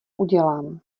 udělám